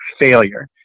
failure